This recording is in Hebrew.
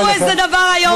עכשיו תראו איזה דבר איום זה.